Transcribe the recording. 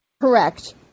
Correct